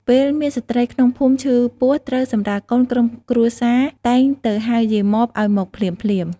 ពេលមានស្ត្រីក្នុងភូមិឈឺពោះត្រូវសម្រាលកូន ក្រុមគ្រួសារតែងទៅហៅយាយម៉បឱ្យមកភ្លាមៗ។